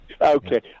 Okay